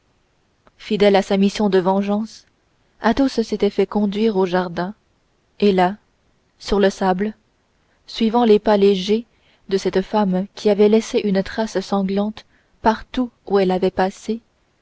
fidèle à sa mission de vengeance athos s'était fait conduire au jardin et là sur le sable suivant les pas légers de cette femme qui avait laissé une trace sanglante partout où elle avait passé